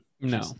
No